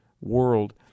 world